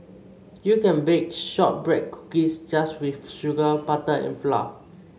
you can bake shortbread cookies just with sugar butter and flour